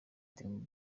dream